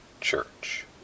church